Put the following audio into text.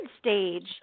stage